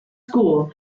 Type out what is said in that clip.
school